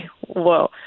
Whoa